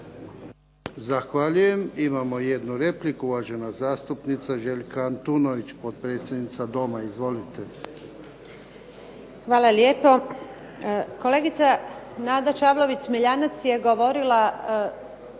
Zahvaljujem. Imamo jednu repliku, uvažena zastupnica Željka Antunović, potpredsjednica Doma. Izvolite. **Antunović, Željka (SDP)** Hvala lijepo. Kolegica Nada Čavlović Smiljanec je govorila